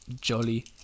jolly